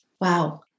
Wow